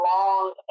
long